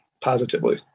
positively